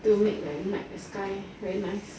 to make the night the sky very nice